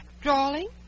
Drawing